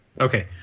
Okay